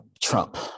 Trump